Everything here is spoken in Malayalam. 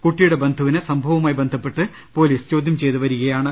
കുട്ടിയുടെ ബന്ധുവിനെ സംഭ വവുമായി ബന്ധപ്പെട്ട് പൊലീസ് ചോദ്യം ചെയ്തുവരികയാണ്